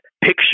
picture